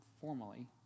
formally